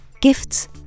Gifts